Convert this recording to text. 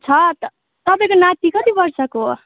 छ त तपाईँको नाति कति वर्षको हो